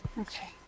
Okay